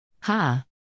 Ha